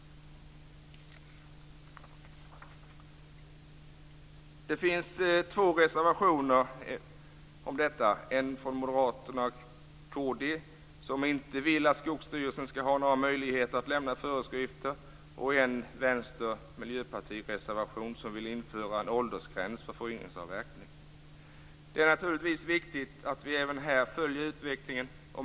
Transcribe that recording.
Det finns två reservationer om detta. I en moderatoch kd-reservation vill man inte ge Skogsstyrelsen några möjligheter att lämna föreskrifter. I en vänstermp-reservation vill man införa en åldersgräns för föryngringsavverkning. Det är naturligtvis viktigt att vi även här följer utvecklingen.